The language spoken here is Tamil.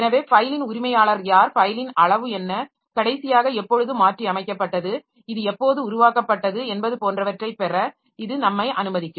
எனவே ஃபைலின் உரிமையாளர் யார் ஃபைலின் அளவு என்ன கடைசியாக எப்பொழுது மாற்றியமைக்கப்பட்டது இது எப்போது உருவாக்கப்பட்டது என்பது போன்றவற்றை பெற இது நம்மை அனுமதிக்கும்